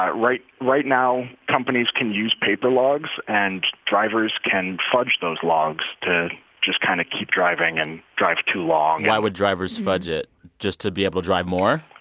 ah right right now companies can use paper logs, and drivers can fudge those logs to just kind of keep driving and drive too long. why would drivers fudge it, just to be able to drive more?